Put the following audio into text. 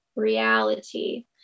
reality